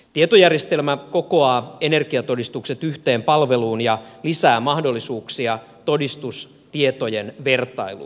tietojärjestelmä kokoaa energiatodistukset yhteen palveluun ja lisää mahdollisuuksia todistustietojen vertailuun